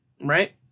right